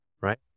right